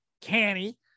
canny